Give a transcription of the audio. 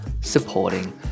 supporting